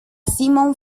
simon